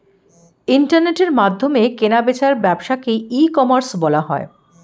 ইন্টারনেটের মাধ্যমে কেনা বেচার ব্যবসাকে ই কমার্স বলা হয়